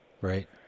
Right